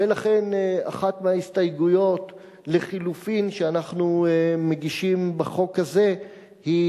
ולכן אחת מההסתייגויות לחלופין שאנחנו מגישים בחוק הזה היא